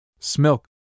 Smilk